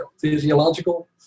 physiological